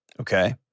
okay